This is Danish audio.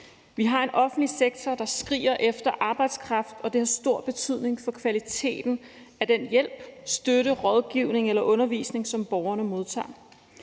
Vi har en offentlig sektor, der skriger efter arbejdskraft, og det har stor betydning for kvaliteten af den hjælp, støtte, rådgivning eller undervisning, som borgerne modtager.